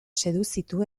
seduzitu